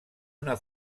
una